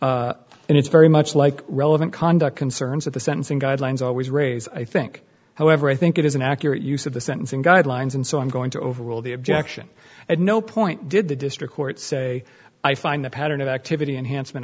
concern and it's very much like relevant conduct concerns that the sentencing guidelines always raise i think however i think it is an accurate use of the sentencing guidelines and so i'm going to overrule the objection at no point did the district court say i find a pattern of activity and han